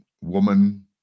woman